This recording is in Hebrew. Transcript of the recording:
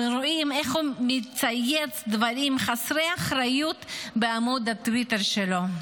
ורואים איך הוא מצייץ דברים חסרי אחריות בעמוד הטוויטר שלו.